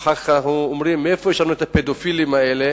ואחר כך אנחנו אומרים: מאיפה יש לנו הפדופילים האלה?